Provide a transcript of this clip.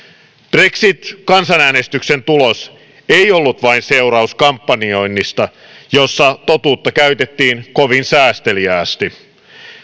brexit kansanäänestyksen tulos ei ollut vain seuraus kampanjoinnista jossa totuutta käytettiin kovin säästeliäästi